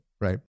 right